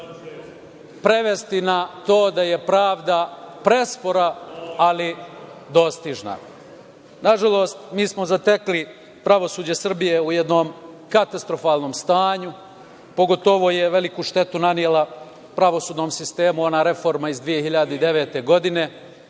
prevesti na to da je pravda prespora, ali dostižna. Nažalost, mi smo zatekli pravosuđe Srbije u jednom katastrofalnom stanju, pogotovu je veliku štetu nanela pravosudnom sistemu ona reforma iz 2009. godine,